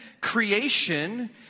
creation